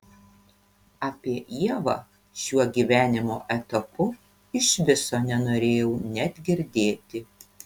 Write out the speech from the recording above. apie ievą šiuo gyvenimo etapu iš viso nenorėjau net girdėti